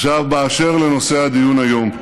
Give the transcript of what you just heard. באשר לנושא הדיון היום,